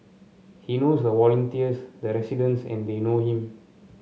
he knows the volunteers the residents and they know him